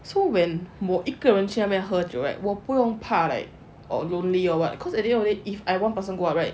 so when 我一个人去那边喝酒 right 我不用怕 like lonely or what cause at the end of day if I one person go out right